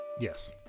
Yes